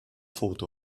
foto